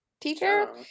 teacher